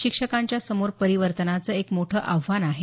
शिक्षकांच्या समोर परिवर्तनाचं एक मोठं आव्हान आहे